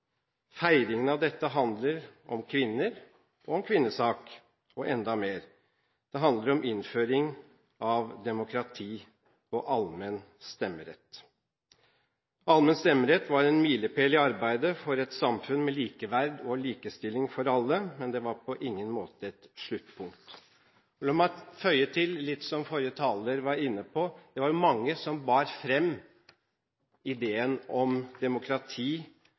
Feiringen av dette handler om kvinner og om kvinnesak. Og enda mer: Det handler om innføring av demokrati og allmenn stemmerett. Allmenn stemmerett var en milepæl i arbeidet for et samfunn med likeverd og likestilling for alle. Men det var på ingen måte et sluttpunkt. La meg føye til, som også forrige taler var inne på, at det var mange som bar fram ideen om demokrati